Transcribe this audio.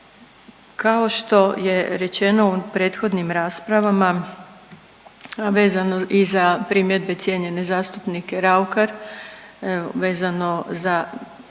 Kao što je rečeno u prethodnim raspravama, a vezano i za primjedbe cijenjene zastupnike Raukar vezano za